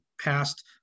passed